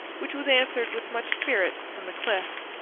which was answered with much spirit from the cliffs.